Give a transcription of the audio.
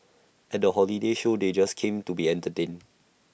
at the holiday show they just came to be entertained